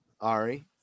Ari